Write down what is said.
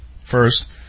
First